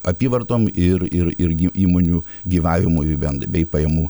apyvartom ir ir irgi įmonių gyvavimui bent bei pajamų